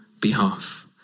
behalf